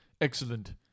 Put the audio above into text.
Excellent